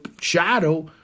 shadow